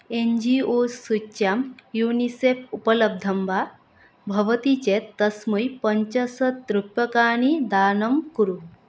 N G O सूच्यां UNICEF उपलब्धं वा भवति चेत् तस्मै पञ्चाशत् रुप्यकाणि दानं कुरु